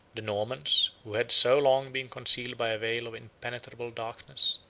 the normans, who had so long been concealed by a veil of impenetrable darkness,